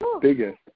biggest